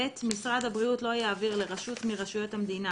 (ב)משרד הבריאות לא יעביר לרשות מרשויות המדינה